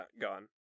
gone